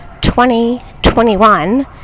2021